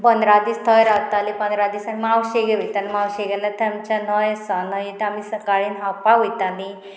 पंदरा दीस थंय रावताली पंदरा दीस आमी मावशे घेवयता आनी मावशे गेल्यार ते आमचे न्हंय आसा न्हंये ते आमी सकाळीन न्हावपाक वयताली